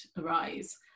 arise